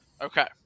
Okay